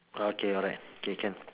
okay alright K can